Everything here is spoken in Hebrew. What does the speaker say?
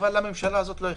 אבל לממשלה הזאת לא אכפת.